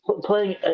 playing